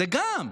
זה גם.